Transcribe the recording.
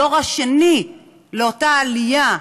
הדור השני לאותה עלייה,